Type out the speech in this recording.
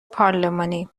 پارلمانی